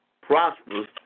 prosperous